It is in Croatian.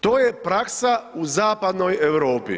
To je praksa u zapadnoj Europi.